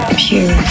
pure